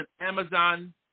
Amazon